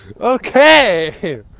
Okay